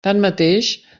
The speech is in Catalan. tanmateix